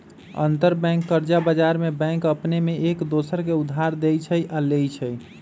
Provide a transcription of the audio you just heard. अंतरबैंक कर्जा बजार में बैंक अपने में एक दोसर के उधार देँइ छइ आऽ लेइ छइ